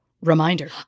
Reminder